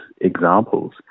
examples